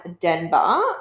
Denver